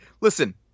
Listen